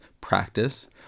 practice